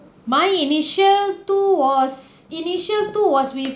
my initial two was initial two was with